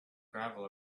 gravel